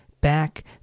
back